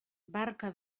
barca